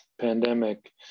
pandemic